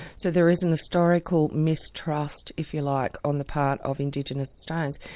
so there is an historical mistrust if you like on the part of indigenous australians.